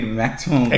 maximum